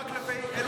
גזענות רק כלפי מי,